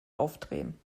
aufdrehen